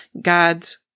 God's